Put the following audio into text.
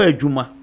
juma